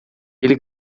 ele